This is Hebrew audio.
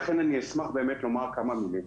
לכן אני אשמח לומר כמה מילים.